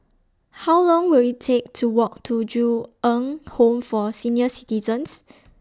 How Long Will IT Take to Walk to Ju Eng Home For Senior Citizens